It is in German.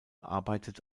arbeitet